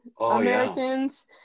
Americans